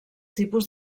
tipus